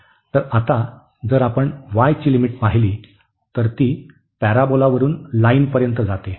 तर आता जर आपण y ची लिमिट पाहिली तर तर ती पॅराबोलावरून लाईनपर्यंत जाते